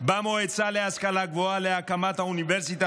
במועצה להשכלה גבוהה להקמת האוניברסיטה